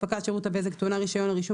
ואספקת שירות הבזק טעונה רישיון או רישום